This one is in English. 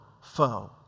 foe